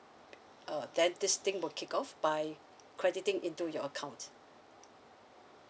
uh then this thing will kick off by crediting into your account